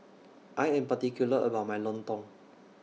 I Am particular about My Lontong